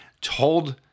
told